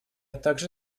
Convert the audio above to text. также